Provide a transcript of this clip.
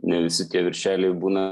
ne visi tie viršeliai būna